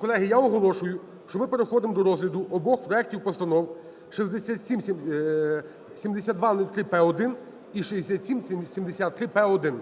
Колеги, я оголошую, що ми переходимо до розгляду обох проектів постанов 7203/П1 і 6773/П1.